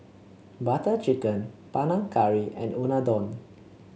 Butter Chicken Panang Curry and Unadon